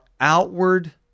outward